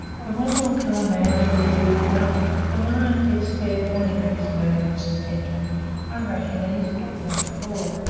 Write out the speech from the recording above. the one will kill a man as easily as the other, but the lion gives fair warning of his murderous intention by rushing at his victim with a roar,